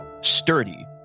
sturdy